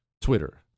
Twitter